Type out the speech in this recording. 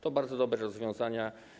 To bardzo dobre rozwiązania.